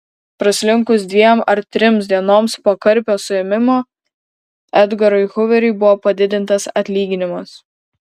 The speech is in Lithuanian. praslinkus dviem ar trims dienoms po karpio suėmimo edgarui huveriui buvo padidintas atlyginimas